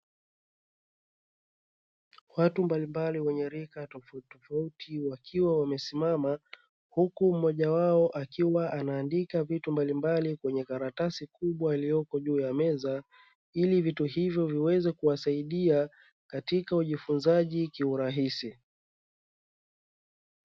Watu mbalimbali wenye rika tofauti tofauti wakiwa wamesimama huku mmoja wao akiwa anaandika vitu mbalimbali kwenye karatasi kubwa iliyoko juu ya meza ili vitu hivyo viweze kuwasaidia katika ujifunzaji kiurahisi.